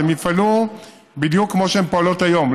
הן יפעלו בדיוק כמו שהן פועלות היום.